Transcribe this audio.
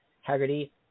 Haggerty